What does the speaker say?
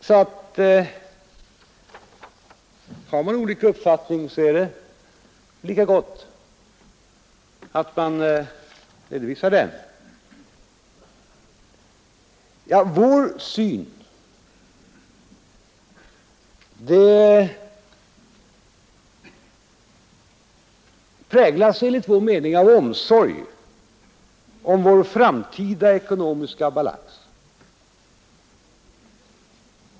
Om man har en avvikande uppfattning är det lika gott att man redovisar den, Vårt synsätt präglas enligt vår mening av omsorg om vår framtida ekonomiska balans.